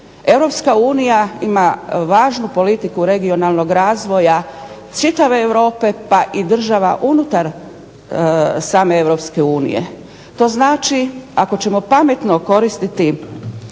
Europska unija ima važnu politiku regionalnog razvoja čitave Europe pa i država unutar same EU. To znači, ako ćemo pametno koristiti